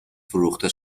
فروخته